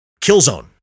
Killzone